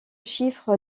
chiffre